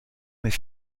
mais